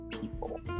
people